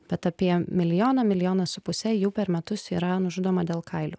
bet apie milijoną milijoną su puse jų per metus yra nužudoma dėl kailių